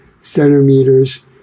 centimeters